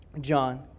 John